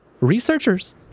researchers